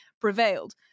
prevailed